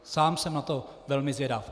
Sám jsem na to velmi zvědav.